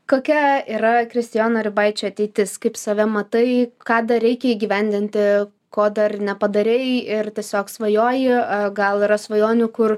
kokia yra kristijono ribaičio ateitis kaip save matai ką dar reikia įgyvendinti ko dar nepadarei ir tiesiog svajoji a gal yra svajonių kur